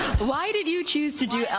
why did you choose to do ah